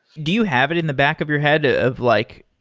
do you have it in the back of your head of like,